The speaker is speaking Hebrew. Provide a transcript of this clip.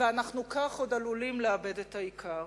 וכך אנחנו עוד עלולים לאבד את העיקר.